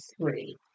three